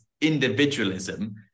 individualism